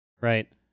right